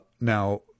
Now